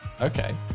Okay